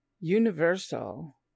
Universal